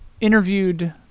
interviewed